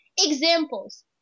Examples